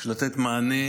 בשביל לתת מענה